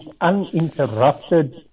uninterrupted